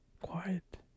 quiet